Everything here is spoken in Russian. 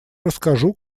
расскажу